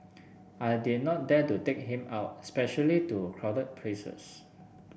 I did not dare to take him out especially to crowded places